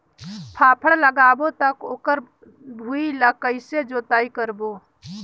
फाफण लगाबो ता ओकर भुईं ला कइसे जोताई करबो?